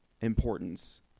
importance